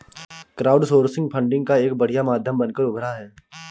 crowdsourcing funding का एक बढ़िया माध्यम बनकर उभरा है